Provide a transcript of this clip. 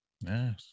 Nice